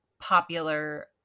popular